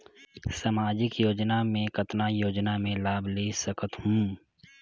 समाजिक योजना मे कतना योजना मे लाभ ले सकत हूं?